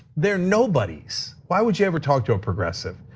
they're nobodies. why would you ever talk to a progressive?